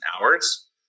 hours